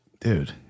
dude